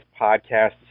podcast